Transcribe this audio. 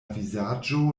vizaĝo